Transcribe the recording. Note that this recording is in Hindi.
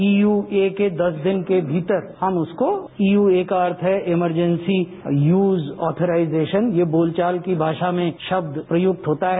ईय्रके के दस दिन के भीतर हम उसकों यू ए का अर्थ है इमरजैंसी यूज आथोराइजेशन ये बोलचाल की भाषा में शब्दक प्रयूक्त होता है